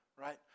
right